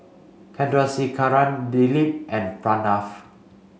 Chandrasekaran Dilip and Pranav